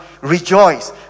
Rejoice